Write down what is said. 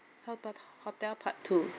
hotel part two